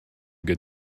good